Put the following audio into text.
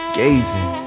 gazing